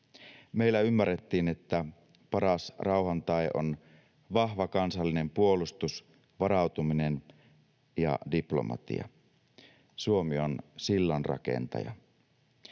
Meillä ymmärrettiin, että paras rauhan tae on vahva kansallinen puolustus, varautuminen ja diplomatia. Suomi on sillanrakentaja.